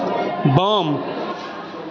बाम